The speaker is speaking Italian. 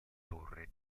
torre